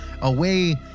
away